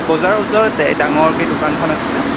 বজাৰৰ ওচৰতে ডাঙৰকৈ দোকানখন আছে যে